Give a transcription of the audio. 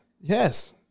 yes